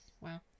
Wow